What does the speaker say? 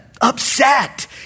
upset